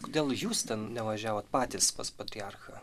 kodėl jūs ten nevažiavot patys pas patriarchą